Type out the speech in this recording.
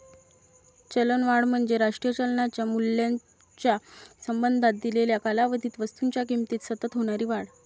चलनवाढ म्हणजे राष्ट्रीय चलनाच्या मूल्याच्या संबंधात दिलेल्या कालावधीत वस्तूंच्या किमतीत सतत होणारी वाढ